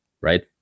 right